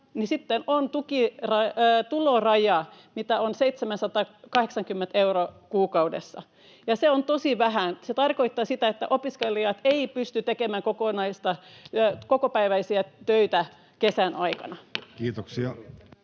sitten on tuloraja, 780 euroa kuukaudessa, ja se on tosi vähän. Se tarkoittaa sitä, että opiskelijat eivät pysty tekemään kokopäiväisiä töitä kesän aikana. [Johanna